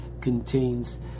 contains